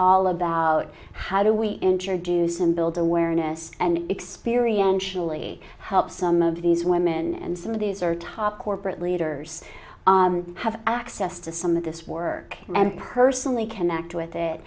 all about how do we introduce and build awareness and experience help some of these women and some of these are top corporate leaders have access to some of this work and personally connect with it